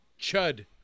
Chud